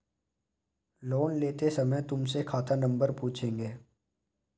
loan लेते समय तुमसे खाता नंबर पूछेंगे